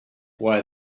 why